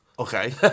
Okay